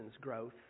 growth